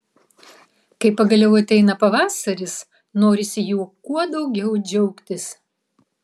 kai pagaliau ateina pavasaris norisi juo kuo daugiau džiaugtis